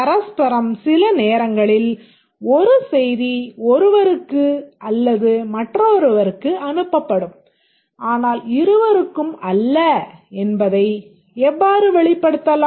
பரஸ்பரம் சில நேரங்களில் ஒரு செய்தி ஒருவருக்கு அல்லது மற்றவருக்கு அனுப்பப்படும் ஆனால் இருவருக்கும் அல்ல என்பதை எவ்வாறு வெளிப்படுத்துகிறோம்